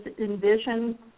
envision